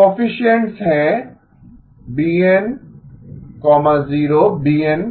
तो कोएफिसिएन्ट्स हैं bN 0 bN